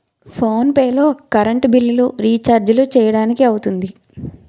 phone pay లో current బిల్లులు, రిచార్జీలు చేయడానికి అవుతుంది